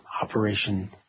operation